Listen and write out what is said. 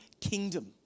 kingdom